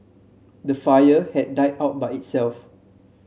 the fire had died out by itself